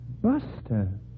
Buster